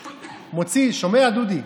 שומע, דודי?